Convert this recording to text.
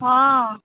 हँ